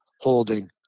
holding